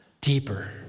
Deeper